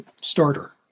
starter